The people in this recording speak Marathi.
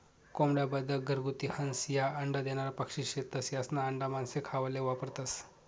कोंबड्या, बदक, घरगुती हंस, ह्या अंडा देनारा पक्शी शेतस, यास्ना आंडा मानशे खावाले वापरतंस